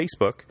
Facebook